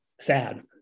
sad